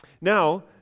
Now